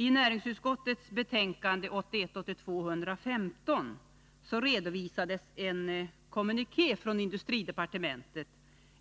I näringsutskottets betänkande 1981/82:115 redovisades en kommuniké från industridepartementet,